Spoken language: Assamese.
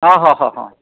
অঁ